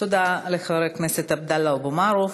תודה לחבר הכנסת עבדאללה אבו מערוף.